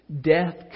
death